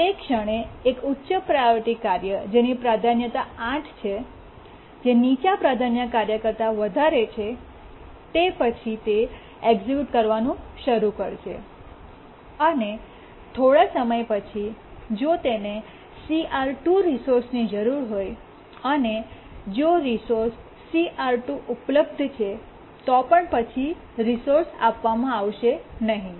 તે ક્ષણે એક ઉચ્ચ પ્રાયોરિટી કાર્ય જેની પ્રાધાન્યતા 8 છે જે નીચા પ્રાધાન્યતા કાર્ય કરતા વધારે છે તે પછી તે એક્સિક્યૂટ કરવાનું શરૂ કરશે અને થોડા સમય પછી જો તેને CR2 રિસોર્સની જરૂર હોય અને જો રિસોર્સ CR2 ઉપલબ્ધ છે તો પણ પછી રિસોર્સ આપવામાં આવશે નહીં